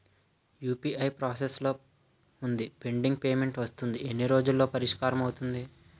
UPI process లో వుందిపెండింగ్ payment వస్తుంది ఎన్ని రోజుల్లో పరిష్కారం అవుతుంది